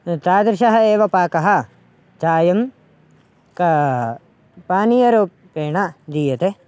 तादृशः एव पाकः चायं क पानीयरूपेण दीयते